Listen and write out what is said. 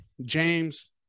James